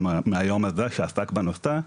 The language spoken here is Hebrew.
מהיום הזה שעסק בנושא,